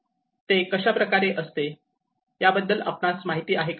ते कशा प्रकारे असते याबद्दल आपणास माहिती आहे काय